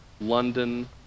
London